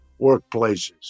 workplaces